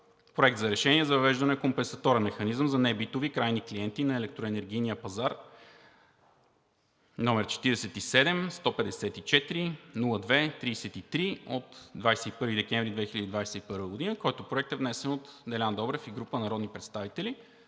Проект на решение за въвеждане на компенсаторен механизъм за небитови крайни клиенти на електроенергийния пазар, № 47 154 023 от 21 декември 2021 г. Проектът е внесен от Делян Добрев и група народни представители.